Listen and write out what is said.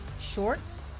shorts